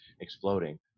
exploding